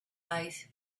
eyes